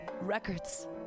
records